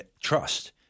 trust